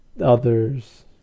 others